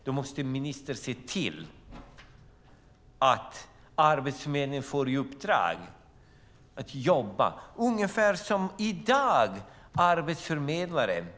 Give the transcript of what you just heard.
Då måste ministern se till att Arbetsförmedlingen får i uppdrag att jobba ungefär som arbetsförmedlare gör i dag.